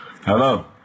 Hello